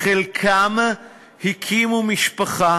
חלקם הקימו משפחה